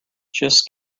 just